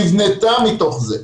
נבנתה מתוך זה.